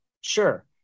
Sure